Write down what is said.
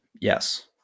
Yes